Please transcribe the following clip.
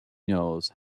knows